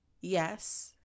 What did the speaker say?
Yes